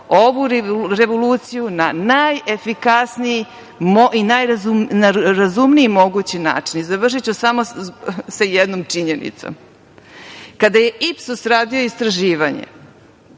ovu revoluciju na najefikasniji i najrazumniji mogući način. Završiću samo sa jednom činjenicom. Kada je „Ipsos“ radio istraživanje